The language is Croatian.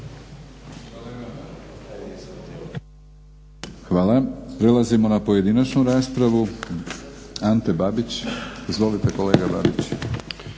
Hvala. Prelazimo na pojedinačnu raspravu. Ante Babić. Izvolite kolega Babić.